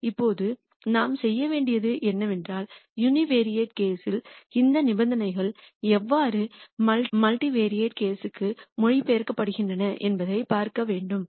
இப்போது நாம் செய்ய வேண்டியது என்னவென்றால் யூனிவெரைட் கேஸ்யில் இந்த நிபந்தனைகள் எவ்வாறு மல்டிவெரைட் கேஸ்யில் மொழிபெயர்க்கப்படுகின்றன என்பதைப் பார்க்க வேண்டும்